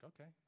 okay